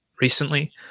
recently